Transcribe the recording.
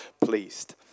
pleased